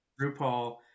RuPaul